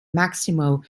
maximal